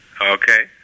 Okay